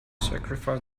sacrifice